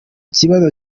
kibazo